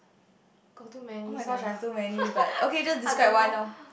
oh-my-gosh I have too many but okay just describe one loh